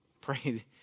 pray